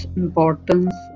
importance